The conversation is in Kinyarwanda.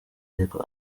ariko